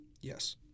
Yes